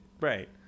Right